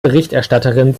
berichterstatterin